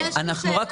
יש לי שאלה.